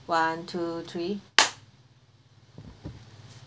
one two three